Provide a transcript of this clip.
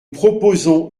proposons